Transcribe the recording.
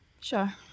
sure